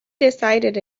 decided